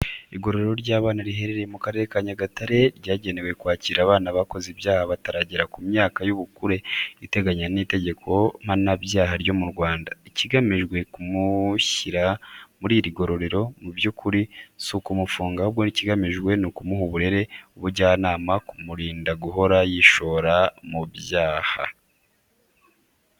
Igororero ry'abana riherereye mu Karere ka Nyagatare ryagenewe kwakira abana bakoze ibyaha batarageza ku myaka y'ubukure iteganywa n'itegeko mpananyaha ryo mu Rwanda. Ikigamijwe kumushyira muri iri gororero mu by’ukuri si ukumufunga ahubwo ikigamijwe ni ukumuha uburere, ubujyanama no kumurinda guhora yishora mu byaha.